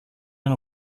den